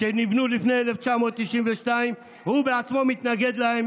שנבנו לפני 1992. הוא בעצמו מתנגד להם,